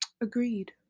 Agreed